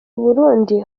burundi